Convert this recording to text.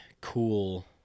cool